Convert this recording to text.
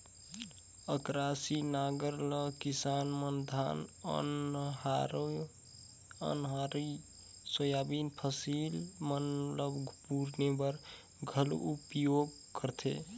अकरासी नांगर ल किसान मन धान, ओन्हारी, सोयाबीन फसिल मन ल बुने बर घलो उपियोग करथे